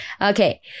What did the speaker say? Okay